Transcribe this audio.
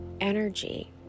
energy